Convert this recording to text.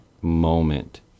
moment